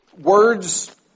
Words